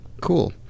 Cool